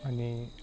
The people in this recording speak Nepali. अनि